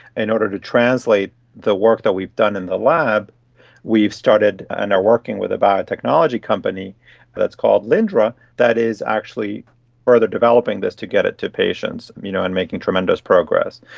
in order to translate the work that we've done in the lab we've started and are working with a biotechnology company that's called lyndra that is actually further developing this to get it to patients you know and making tremendous progress.